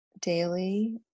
daily